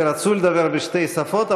ורצוי לדבר בשתי שפות,